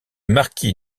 marquis